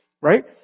right